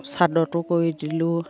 চাদৰটো কৰি দিলোঁ